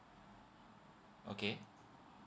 okay